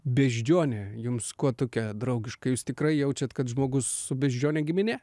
beždžionė jums kuo tokia draugiška jūs tikrai jaučiat kad žmogus su beždžione giminė